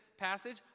passage